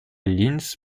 linz